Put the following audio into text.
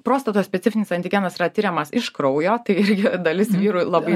prostatos specifinis antigenas yra tiriamas iš kraujo tai irgi dalis vyrų labai